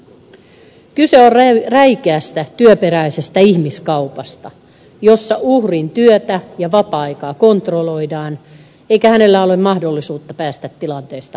kyse on räikeästä työperäisestä ihmiskaupasta jossa uhrin työtä ja vapaa aikaa kontrolloidaan eikä hänellä ole mahdollisuutta päästä tilanteesta pois